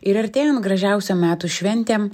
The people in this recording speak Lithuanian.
ir artėjant gražiausiom metų šventėm